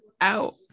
out